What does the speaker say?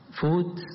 food